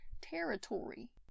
territory